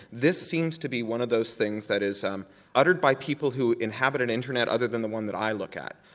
this seems to be one of those things that is um uttered by people who inhabit an internet other than the one that i look at.